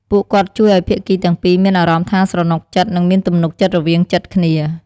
ពួកគាត់ជួយឱ្យភាគីទាំងពីរមានអារម្មណ៍ថាស្រណុកចិត្ត និងមានទំនុកចិត្តរវាងចិត្តគ្នា។